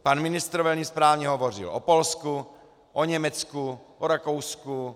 Pan ministr velmi správně hovořil o Polsku, o Německu, o Rakousku.